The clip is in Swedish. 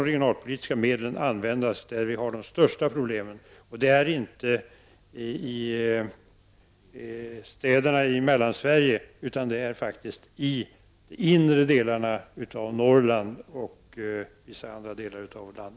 De regionalpolitiska medlen skall användas där vi har de största problemen. Det är inte i städerna i Mellansverige utan det är i de inre delarna av Norrland och i vissa andra delar av vårt land.